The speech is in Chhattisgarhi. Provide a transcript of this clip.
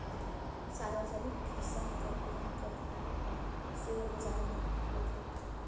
सार्वजनिक किसिम कर बेंक कर नांव हर सेयर बजार में होथे